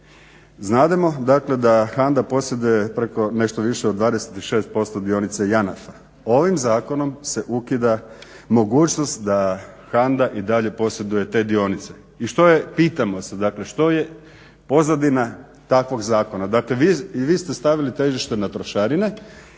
Znademo dakle da HANDA posjeduje preko nešto više od 26% dionica JANAF-a. Ovim zakonom se ukida mogućnost da HANDA i dalje posjeduje te dionice. I što je, pitamo se dakle, što je pozadina takvog zakona? Dakle, i vi ste stavili težište na trošarine